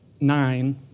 nine